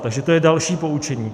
Takže to je další poučení.